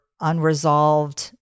unresolved